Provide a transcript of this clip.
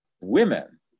women